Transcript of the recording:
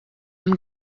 hemm